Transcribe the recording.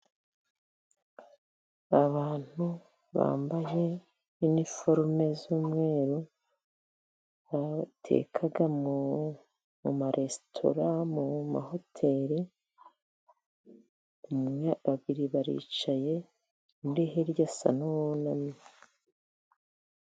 Abantu bambaye iniforume z'umweru, bateka mu maresitora, mu mahoteri, babiri baricaye, undi hirya asa n'uwicaye.